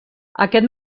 aquest